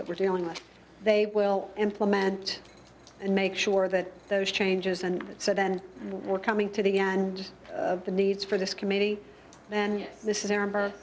that we're dealing with they will implement and make sure that those changes and so then we're coming to the end of the need for this committee and this is a